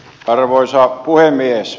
arvoisa puhemies